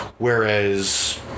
Whereas